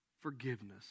forgiveness